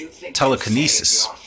telekinesis